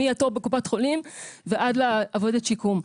מהתור בקופת-חולים ועד לעובדת שיקום.